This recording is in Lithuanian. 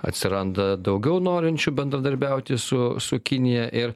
atsiranda daugiau norinčių bendradarbiauti su su kinija ir